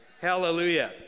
Hallelujah